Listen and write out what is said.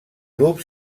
grup